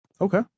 Okay